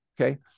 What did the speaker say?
Okay